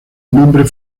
nombre